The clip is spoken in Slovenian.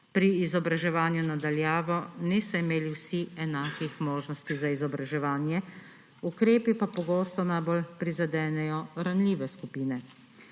Pri izobraževanju na daljavo niso imeli vsi enakih možnosti za izobraževanje, ukrepi pa pogosto najbolj prizadenejo ranljive skupine.